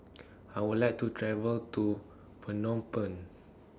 I Would like to travel to Phnom Penh